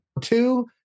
two